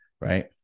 right